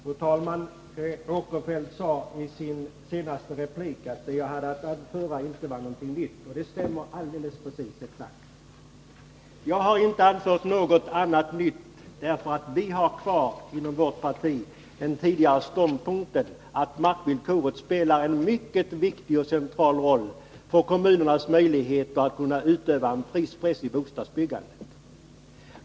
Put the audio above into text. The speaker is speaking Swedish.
Fru talman! Sven Eric Åkerfeldt sade i sin senaste replik att det jag hade att anföra inte var något nytt — och det stämmer exakt. Jag har inte anfört något nytt, eftersom vi i vårt parti har kvar den tidigare ståndpunkten att markvillkoret spelar en mycket viktig och central roll för kommunernas möjligheter att utöva prispress vid bostadsbyggandet.